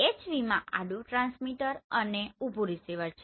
HV માં આડુ transmitter અને ઉભું રીસીવર છે